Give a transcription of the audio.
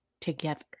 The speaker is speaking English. together